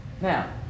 Now